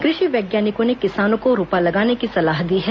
कृषि वैज्ञानिकों ने किसानों को रोपा लगाने की सलाह दी है